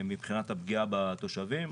מבחינת הפגיעה בתושבים,